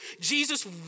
Jesus